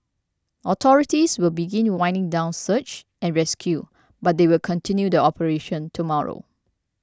authorities will begin winding down search and rescue but they will continue the operation tomorrow